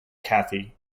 cathy